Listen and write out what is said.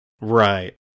Right